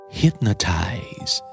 hypnotize